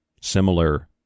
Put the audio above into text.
similar